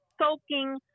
soaking